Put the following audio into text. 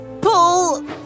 pull